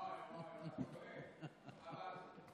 וואי, וואי, הוא דואג, עבאס.